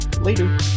later